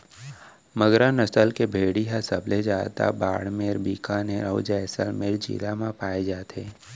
मगरा नसल के भेड़ी ह सबले जादा बाड़मेर, बिकानेर, अउ जैसलमेर जिला म पाए जाथे